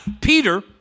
Peter